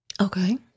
Okay